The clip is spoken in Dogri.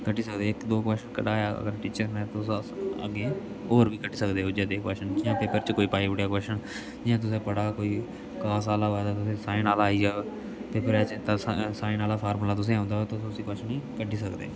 कड्ढी सकदे इक दो क्वेस्चन कढाया अगर टीचर ने तुस उस अग्गें होर बी कड्ढी सकदे उ'यै क्वेस्चन जियां पेपर च कोई पाई ओड़ेआ क्वेस्चन जियां तुसें पढ़ा कोई कास आह्ला होवे कोई साइन आह्ला जा ते फेर असें साइन आह्ला फार्मुला तुसें आंदा होवै तुस उसी क्वेस्चन गी कड्ढी सकदे